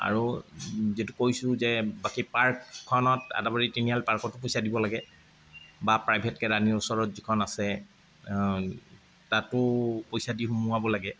আৰু যিটো কৈছোঁ যে বাকী পাৰ্কখনত আদাবাৰী তিনিআলি পাৰ্কটো পইচা দিব লাগে বা প্ৰাইভেটকে ৰাণীৰ ওচৰত যিখন আছে তাতো পইচা দি সুমুৱাব লাগে